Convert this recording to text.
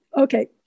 okay